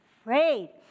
afraid